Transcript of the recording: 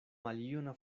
maljuna